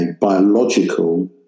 biological